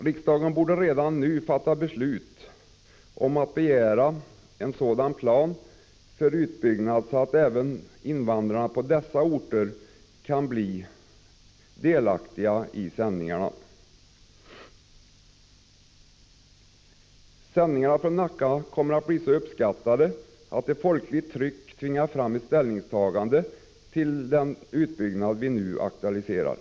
Riksdagen borde redan nu fatta beslut om att begära en plan för utbyggnad så att även invandrarna i dessa orter kan bli delaktiga i sändningarna. Sändningarna från Nackasändaren kommer säkert att bli så uppskattade att ett folkligt tryck tvingar fram ett ställningstagande för den utbyggnad som vi nu aktualiserar.